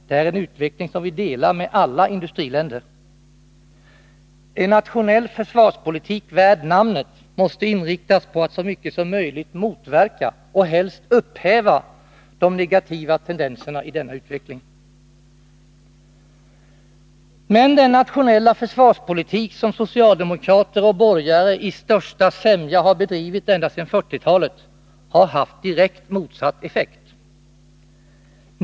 Det är en utveckling som vi delar med alla industriländer. En nationell försvarspolitik värd namnet måste inriktas på att så mycket som möjligt motverka och helst upphäva de negativa tendenserna i denna utveckling. Men den nationella försvarspolitik som socialdemokrater och borgare i största sämja bedrivit ända sedan 1940-talet har haft direkt motsatt effekt.